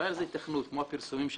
אני